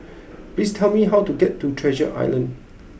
please tell me how to get to Treasure Island